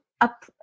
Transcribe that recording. up